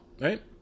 right